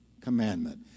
commandment